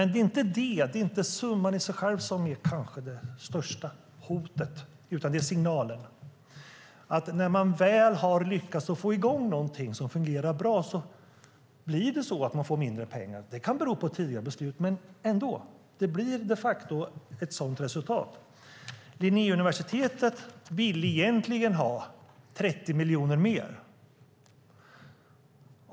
Det är dock inte summan i sig som är det största hotet, utan det är signalerna: När man väl har lyckats få i gång något som fungerar bra får man mindre pengar. Det kan bero på tidigare beslut, men det blir de facto ändå ett sådant resultat. Linnéuniversitetet ville egentligen ha 30 miljoner mer.